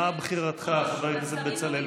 מה בחירתך, חבר הכנסת בצלאל?